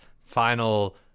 final